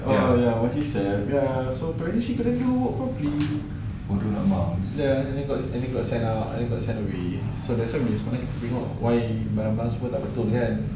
oh ya makcik seth ya so apparently seh couldn't do work properly ya and then and then got send out and then got send away that's why we wanted to came out why barang-barang semua tak betul kan